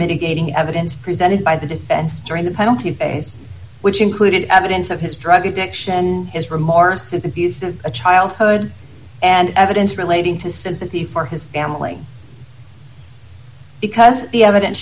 mitigating evidence presented by the defense during the penalty phase which included evidence of his drug addiction and his remorse his abusive childhood and evidence relating to sympathy for his family because the evidence